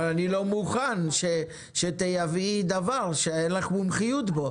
אבל אני לא מוכן שתייבאי דבר שאין לך מומחיות בו.